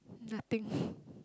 nothing